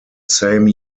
same